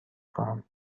خواهم